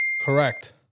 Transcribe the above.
Correct